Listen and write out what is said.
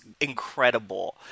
incredible